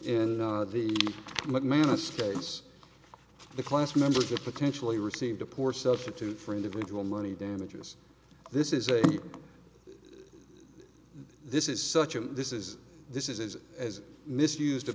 in the macmanus case the class membership potentially received a poor substitute for individual money damages this is a this is such a this is this is as misused